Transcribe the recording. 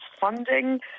funding